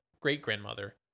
great-grandmother